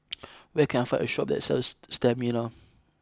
where can I find a shop that sells Sterimar